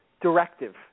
directive